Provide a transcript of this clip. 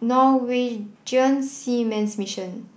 Norwegian Seamen's Mission